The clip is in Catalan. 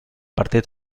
partit